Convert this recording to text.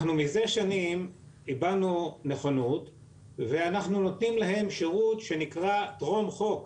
אנחנו מזה שנים הבענו נכונות ואנחנו נותנים להם שירות שנקרא "טרום חוק".